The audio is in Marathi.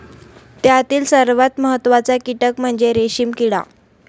त्यातील सर्वात महत्त्वाचा कीटक म्हणजे रेशीम किडा